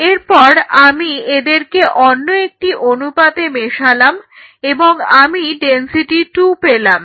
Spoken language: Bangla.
এর পর আমি এদেরকে অন্য একটি অনুপাতে মেশালাম এবং আমি ডেনসিটি 2 পেলাম